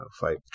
fight